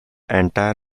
entire